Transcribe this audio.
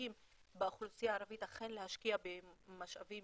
חלקים באוכלוסייה הערבית אכן להשקיע במשאבים